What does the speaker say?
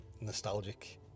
nostalgic